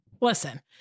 Listen